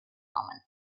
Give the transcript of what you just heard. moment